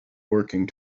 working